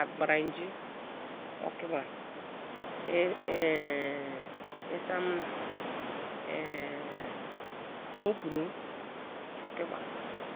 agbra inji oki ba isam na oporo oki ba